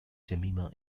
jemima